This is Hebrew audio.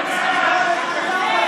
בושה.